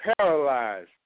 paralyzed